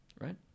Right